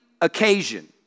occasion